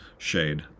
Shade